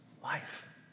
Life